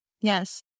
yes